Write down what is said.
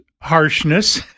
harshness